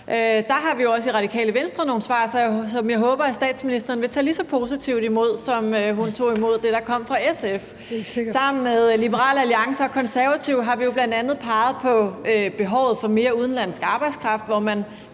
Der har vi også i Radikale Venstre nogle svar, som jeg håber statsministeren vil tage lige så positivt imod, som hun tog imod det, der kom fra SF. (Statsministeren (Mette Frederiksen): Det er ikke sikkert). Sammen med Liberal Alliance og Konservative har vi jo bl.a. peget på behovet for mere udenlandsk arbejdskraft, hvor man